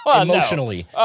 emotionally